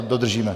Dodržíme.